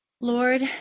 lord